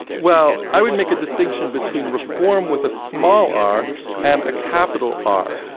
well, i would make a distinction between reform with a small r and a capital r.